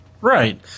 Right